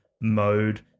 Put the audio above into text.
mode